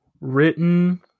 written